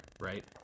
right